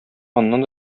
аннан